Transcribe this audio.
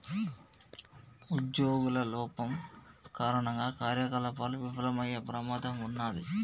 ఉజ్జోగుల లోపం కారణంగా కార్యకలాపాలు విఫలమయ్యే ప్రమాదం ఉన్నాది